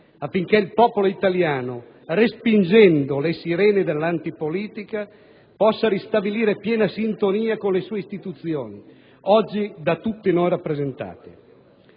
affinché il popolo italiano, respingendo le sirene dell'antipolitica possa ristabilire piena sintonia con le sue istituzioni, oggi da tutti noi rappresentate.